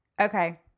Okay